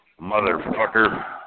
motherfucker